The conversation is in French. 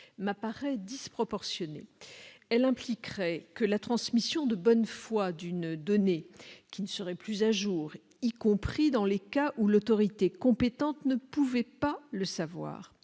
m'apparaît disproportionné, car cela impliquerait que la transmission de bonne foi d'une donnée qui ne serait plus à jour, y compris dans les cas où l'autorité compétente ne pouvait pas le savoir,